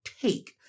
take